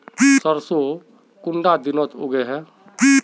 सरसों कुंडा दिनोत उगैहे?